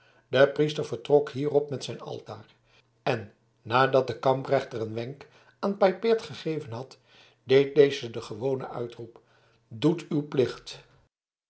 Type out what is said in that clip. de priester vertrok hierop met zijn altaar en nadat de kamprechter een wenk aan paypaert gegeven had deed deze den gewonen uitroep doet uw plicht